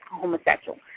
homosexual